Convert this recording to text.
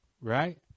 right